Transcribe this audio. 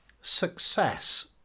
Success